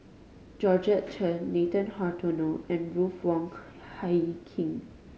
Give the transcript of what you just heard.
Georgette Chen Nathan Hartono and Ruth Wong Hie King